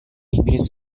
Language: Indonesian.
inggris